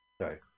Sorry